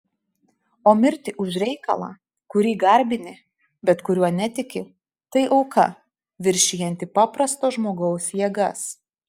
o mirti už reikalą kurį garbini bet kuriuo netiki tai auka viršijanti paprasto žmogaus jėgas